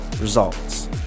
results